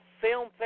Film